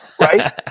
Right